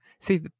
See